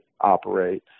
operate